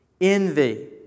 envy